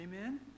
Amen